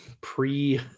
pre